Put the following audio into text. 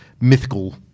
mythical